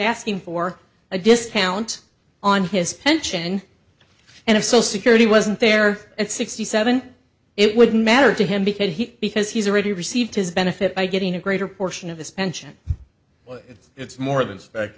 asking for a discount on his pension and if so security wasn't there at sixty seven it wouldn't matter to him because he because he's already received his benefit by getting a greater portion of this pension it's more